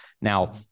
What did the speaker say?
now